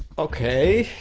ok,